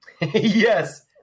Yes